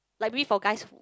like maybe for guys